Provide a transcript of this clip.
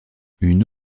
une